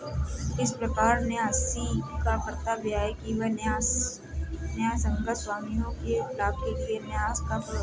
इस प्रकार न्यासी का कर्तव्य है कि वह न्यायसंगत स्वामियों के लाभ के लिए न्यास का प्रबंधन करे